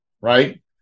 right